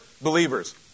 Believers